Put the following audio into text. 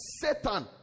Satan